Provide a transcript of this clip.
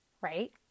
right